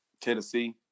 Tennessee